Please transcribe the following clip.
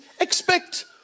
expect